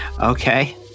Okay